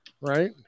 right